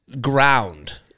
ground